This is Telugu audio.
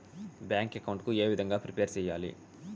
బ్యాంకు అకౌంట్ ఏ విధంగా ప్రిపేర్ సెయ్యాలి?